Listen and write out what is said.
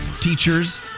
teachers